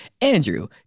Andrew